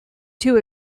too